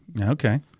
Okay